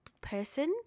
person